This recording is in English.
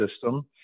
system